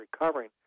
recovering